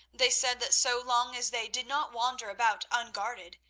they said that so long as they did not wander about unguarded,